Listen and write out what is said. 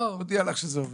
אני מודיע לך שזה עובר.